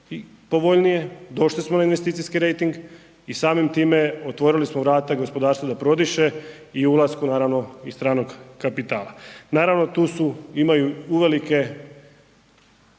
povoljnije, došli smo na investicijski rejting i samim time otvorili smo vrata gospodarstvu da prodiše i ulasku stranog kapitala. Naravno, tu imaju uvelike